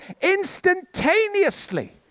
instantaneously